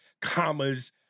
commas